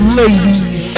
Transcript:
ladies